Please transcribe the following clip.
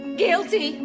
guilty